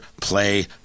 play